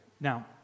Now